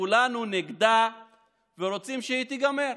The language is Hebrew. כולנו נגדה ורוצים שהיא תיגמר.